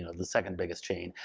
the second biggest chain.